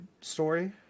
story